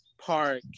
park